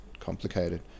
Complicated